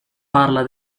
parla